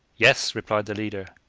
yes, replied the leader,